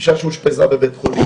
אישה שאושפזה בבית חולים.